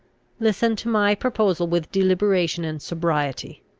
listen to my proposal with deliberation and sobriety.